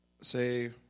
Say